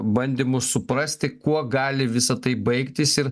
bandymus suprasti kuo gali visa tai baigtis ir